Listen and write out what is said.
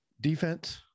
defense